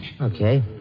Okay